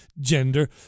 gender